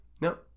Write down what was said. No